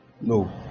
No